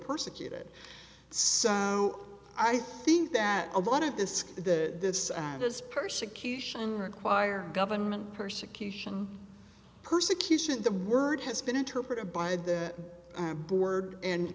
persecuted so i think that a lot of this is the this does persecution require government persecution persecution the word has been interpreted by the word and